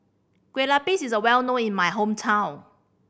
Kueh Lapis is well known in my hometown